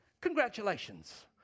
congratulations